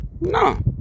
No